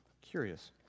Curious